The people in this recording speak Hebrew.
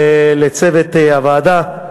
ולצוות הוועדה,